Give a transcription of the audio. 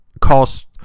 cost